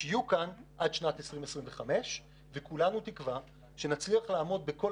שיהיו כאן עד שנת 2025. כולנו תקווה שנצליח לעמוד בכל